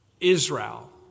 Israel